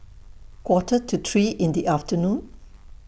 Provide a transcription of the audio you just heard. Quarter to three in The afternoon